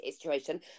situation